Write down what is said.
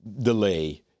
delay